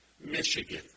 Michigan